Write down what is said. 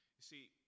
See